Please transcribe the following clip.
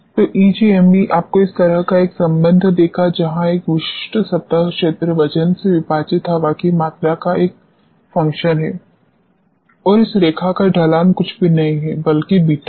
तो ईजीएमई आपको इस तरह का एक संबंध देगा जहां एक विशिष्ट सतह क्षेत्र वजन से विभाजित हवा की मात्रा का एक फंक्शन है और इस रेखा का ढलान कुछ भी नहीं है बल्कि बीटा है